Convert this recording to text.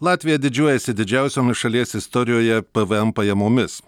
latvija didžiuojasi didžiausiomis šalies istorijoje pvm pajamomis